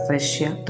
Russia